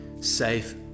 safe